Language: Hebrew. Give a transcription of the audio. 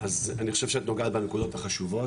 אז אני חושב שאת נוגעת בנקודות החשובות.